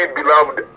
beloved